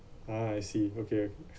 ah I see okay